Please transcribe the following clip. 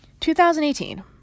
2018